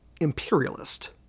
imperialist